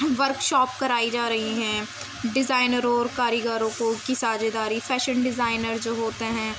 workshop کرائی جا رہی ہیں ڈیزائنروں اور کاریگروں کو کی ساجھے داری فیشن ڈیزائنر جو ہوتے ہیں